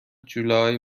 جولای